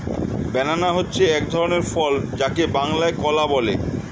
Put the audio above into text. banana হচ্ছে এক ধরনের ফল যাকে বাংলায় কলা বলে